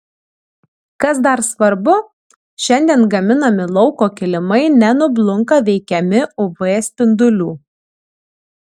kas dar svarbu šiandien gaminami lauko kilimai nenublunka veikiami uv spindulių